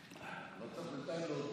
נתקבלה.